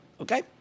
okay